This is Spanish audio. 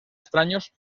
extraños